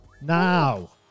now